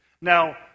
Now